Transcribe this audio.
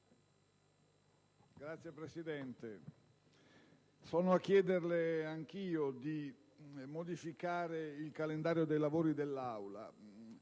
Signor Presidente, sono a chiederle anch'io di modificare il calendario dei lavori dell'Aula.